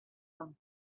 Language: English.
one